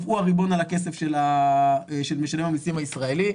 הוא הריבון על הכסף של משלם המסים הישראלי.